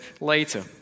later